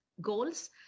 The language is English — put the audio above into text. goals